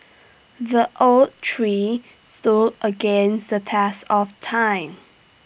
the oak tree stood against the test of time